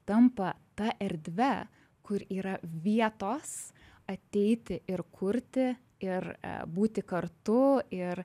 tampa ta erdve kur yra vietos ateiti ir kurti ir būti kartu ir